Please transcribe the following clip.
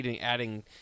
adding